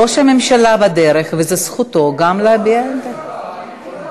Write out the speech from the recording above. ראש הממשלה בדרך וזו זכותו להביע עמדה.